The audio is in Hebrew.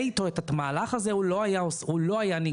איתו את המהלך הזה הוא לא היה עושה אותו,